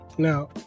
Now